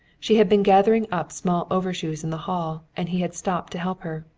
she had been gathering up small overshoes in the hall and he had stopped to help her.